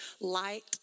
light